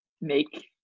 make